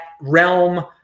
realm